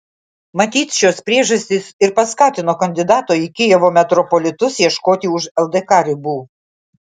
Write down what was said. matyt šios priežastys ir paskatino kandidato į kijevo metropolitus ieškoti už ldk ribų